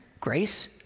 Grace